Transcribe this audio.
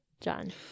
John